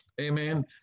Amen